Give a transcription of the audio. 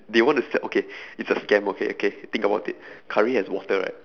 they want to sel~ okay it's a scam okay okay think about it curry has water right